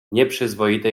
nieprzyzwoite